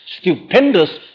stupendous